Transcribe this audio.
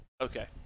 Okay